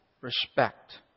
respect